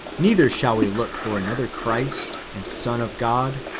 neither shall we look for another christ and son of god,